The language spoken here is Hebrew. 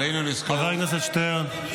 חבר הכנסת שטרן.